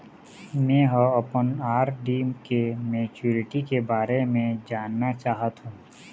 में ह अपन आर.डी के मैच्युरिटी के बारे में जानना चाहथों